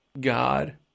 God